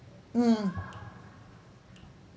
mm she was quite